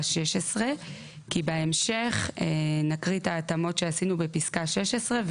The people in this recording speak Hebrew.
16 כי בהמשך נקריא את ההתאמות שעשינו בפסקה 16,